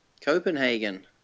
Copenhagen